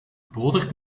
botert